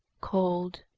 cold.